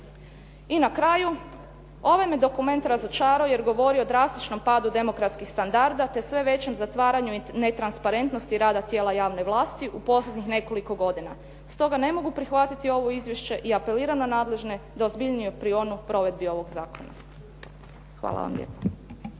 I na kraju, ovaj me dokument razočarao jer govori o drastičnom padu demokratskih standarda, te sve većem zatvaranju i netransparentnosti rada tijela javne vlasti u posljednjih nekoliko godina. Stoga ne mogu prihvatiti ovo izvješće i apeliram na nadležne da ozbiljnije prionu provedbi ovog zakona. Hvala vam lijepo.